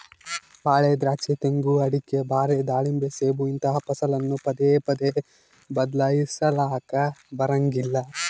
ಬಾಳೆ, ದ್ರಾಕ್ಷಿ, ತೆಂಗು, ಅಡಿಕೆ, ಬಾರೆ, ದಾಳಿಂಬೆ, ಸೇಬು ಇಂತಹ ಫಸಲನ್ನು ಪದೇ ಪದೇ ಬದ್ಲಾಯಿಸಲಾಕ ಬರಂಗಿಲ್ಲ